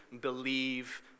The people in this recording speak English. believe